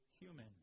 human